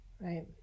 right